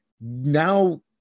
now